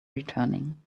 returning